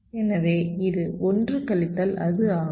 எனவே இது 1 கழித்தல் அது ஆகும்